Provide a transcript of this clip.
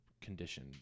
condition